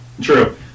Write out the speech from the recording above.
True